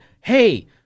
hey